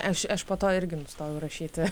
aš aš po to irgi nustojau rašyti